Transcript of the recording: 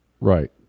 Right